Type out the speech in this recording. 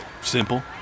Simple